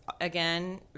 again